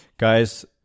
guys